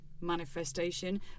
manifestation